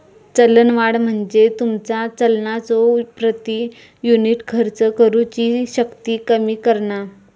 चलनवाढ म्हणजे तुमचा चलनाचो प्रति युनिट खर्च करुची शक्ती कमी करणा